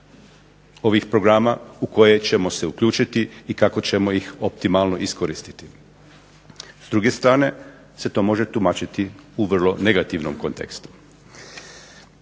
ovih programa u koje ćemo se uključiti i kako ćemo ih optimalno iskoristiti. S druge strane se to može tumačiti u vrlo negativnom kontekstu.